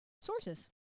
sources